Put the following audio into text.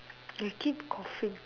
you keep coughing